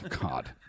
God